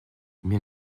mais